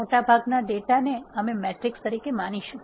મોટાભાગના ડેટા ને અમે મેટ્રિસ તરીકે માનીશું